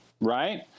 right